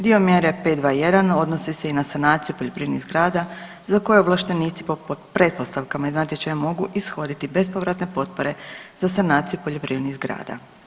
Dio mjere 5.2.1. odnose se i na sanaciju poljoprivrednih zgrada za koje ovlaštenici pod pretpostavkama iz natječaja mogu ishoditi bespovratne potpore za sanaciju poljoprivrednih zgrada.